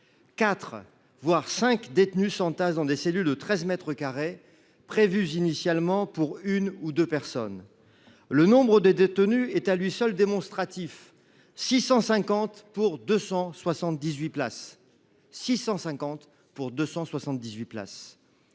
voire cinq détenus s’y entassent dans des cellules de treize mètres carrés prévues initialement pour une ou deux personnes. Le nombre de détenus vaut à lui seul démonstration : 650 pour 278 places ! Vous le savez,